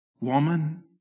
Woman